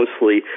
mostly